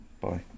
Bye